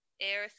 air